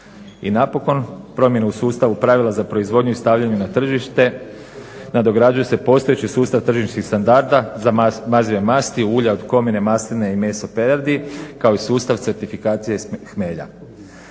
I napokon promjene u sustavu pravila za proizvodnju i stavljanje na tržište nadograđuje se postojeći sustav tržišnih standarda za mazive masti, ulja od komine, masline i meso, peradi kao i sustav certifikacije hmelja.